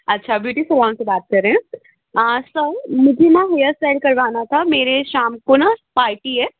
अच्छा beauty salon से बात कर रहे हैं सर मुझे ना हेयर स्टाइल करवाना था मेरे शाम को ना पार्टी है